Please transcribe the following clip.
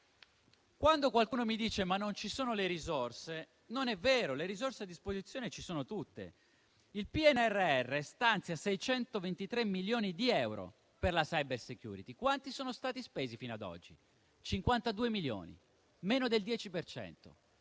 Quando qualcuno mi dice che non ci sono le risorse, rispondo che non è vero e che le risorse a disposizione ci sono tutte. Il PNRR stanzia 623 milioni di euro per la *cybersecurity*. Quanti ne sono stati spesi fino ad oggi? 52 milioni, meno del 10